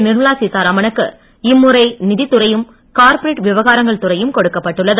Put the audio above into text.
நிர்மலா சீத்தாராமனுக்கு இம்முறை நிதித்துறையும் கார்ப்பரேட் விவகாரங்கள் துறையும் கொடுக்கப்பட்டுள்ளது